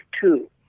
two